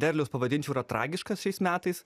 derlius pavadinčiau yra tragiškas šiais metais